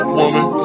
woman